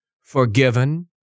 forgiven